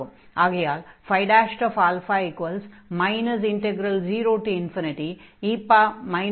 ஆகையால் 0e x2xsin αx dx என்று ஆகும்